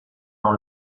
dans